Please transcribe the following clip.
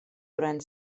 durant